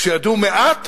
כשידעו מעט,